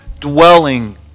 dwelling